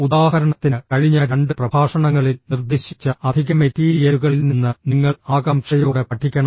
ഉദാഹരണത്തിന് കഴിഞ്ഞ രണ്ട് പ്രഭാഷണങ്ങളിൽ നിർദ്ദേശിച്ച അധിക മെറ്റീരിയലുകളിൽ നിന്ന് നിങ്ങൾ ആകാംക്ഷയോടെ പഠിക്കണം